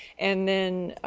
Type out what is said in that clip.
and then,